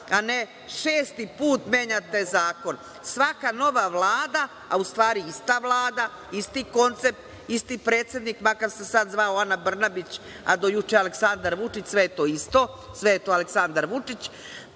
a ne šesti put menjate zakon. Svaka nova Vlada, a u stvari ista Vlada, isti koncept, isti predsednik, makar se sad zvao Ana Brnabić, a do juče Aleksandar Vučić, sve je to isto, sve je to Aleksandar Vučić.